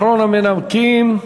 אחרון המנמקים,